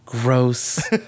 Gross